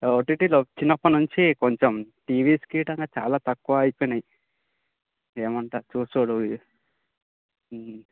ఓటీటీలు వచ్చినప్పటి నుంచి కొంచెం టీవీస్ గిట్ట చాలా తక్కువ అయిపోయినాయి ఏమంటావు చూస్తుర్రు ఇవి